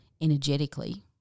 energetically